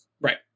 Right